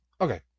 Okay